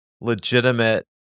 legitimate